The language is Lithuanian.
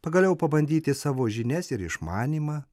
pagaliau pabandyti savo žinias ir išmanymą